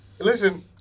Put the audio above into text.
listen